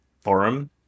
forum